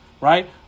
Right